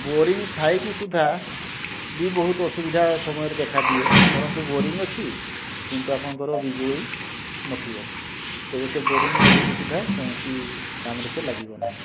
boring ଥାଇ କି ସୁଧା ବି ବହୁତ ଅସୁବିଧା ସମୟରେ ଦେଖା ଦିଏ ଧରନ୍ତୁ ବୋରିଂ ଅଛି କିନ୍ତୁ ଆପଣଙ୍କର ବିଜୁଳି ନ ଥିବ ତେବେ ସେ ବୋରିଂ ରହି କି ସୁଧା କୌଣସି କାମରେ ସେ ଲାଗିବ ନାହିଁ